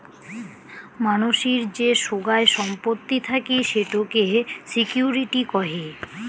মানসির যে সোগায় সম্পত্তি থাকি সেটোকে সিকিউরিটি কহে